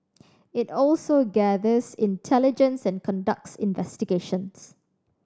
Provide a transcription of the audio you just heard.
it also gathers intelligence and conducts investigations